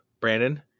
Brandon